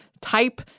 type